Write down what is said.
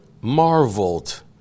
marveled